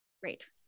Great